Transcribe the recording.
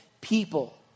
people